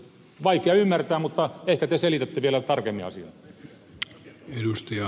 vaikea ymmärtää mutta ehkä te selitätte vielä tarkemmin asian